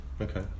okay